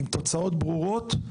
עם תוצאות ברורות.